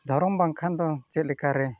ᱫᱷᱚᱨᱚᱢ ᱵᱟᱝᱠᱷᱟᱱ ᱫᱚ ᱪᱮᱫ ᱞᱮᱠᱟᱨᱮ